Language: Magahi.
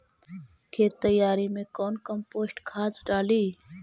खेत तैयारी मे कौन कम्पोस्ट खाद डाली?